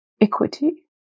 equity